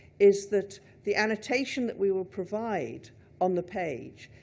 is that the annotation that we will provide on the page,